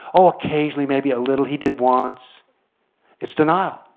ah occassionally, maybe a little, he did once it is denial.